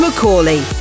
McCauley